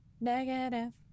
negative